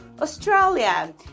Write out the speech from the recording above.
Australia